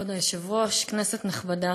כבוד היושב-ראש, כנסת נכבדה,